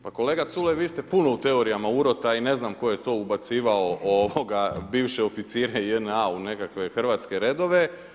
Pa kolega Culje vi ste puno u teorijama urota i ne znam tko je to ubacivao bivše oficire JNA u nekakve hrvatske redove.